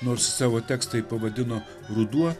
nors savo tekstą ji pavadino ruduo